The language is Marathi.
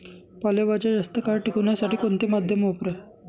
पालेभाज्या जास्त काळ टिकवण्यासाठी कोणते माध्यम वापरावे?